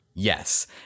Yes